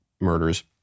murders